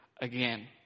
again